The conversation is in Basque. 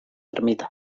ermita